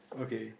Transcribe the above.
okay